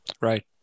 Right